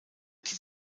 die